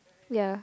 ya